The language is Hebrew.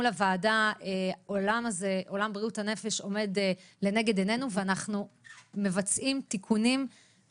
היום ל' בניסן תשפ"ב ואנחנו כאן בשביל תקנות ההתחשבנות